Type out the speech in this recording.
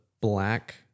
black